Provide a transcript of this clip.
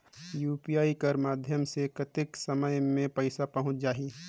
UPI कर माध्यम से कतेक समय मे पइसा पहुंच जाहि?